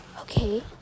Okay